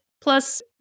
Plus